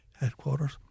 headquarters